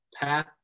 path